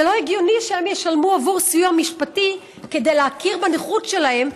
זה לא הגיוני שהם ישלמו עבור סיוע משפטי כדי להכיר בנכות שלהם,